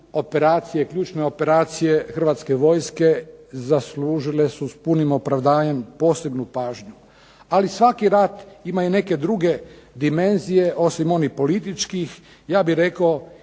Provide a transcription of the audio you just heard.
operacije, ključne operacije Hrvatske vojske zaslužile su s punim opravdanjem posebnu pažnju ali svaki rat ima neke druge dimenzije osim onih političkih, itekako